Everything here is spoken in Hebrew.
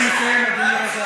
אני מסיים,